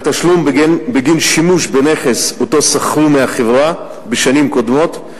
אלא תשלום בגין שימוש בנכס ששכרו מהחברה בשנים קודמות,